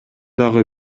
дагы